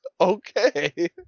okay